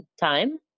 time